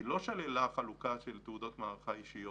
היא לא שללה חלוקה של תעודות מערכה אישיות.